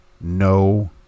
no